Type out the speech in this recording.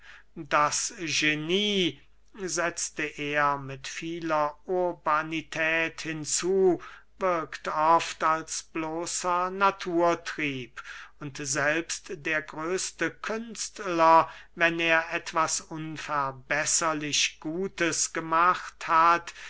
das genie setzte er mit vieler urbanität hinzu wirkt oft als bloßer naturtrieb und selbst der größte künstler wenn er etwas unverbesserlich gutes gemacht hat